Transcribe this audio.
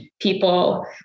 people